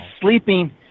sleeping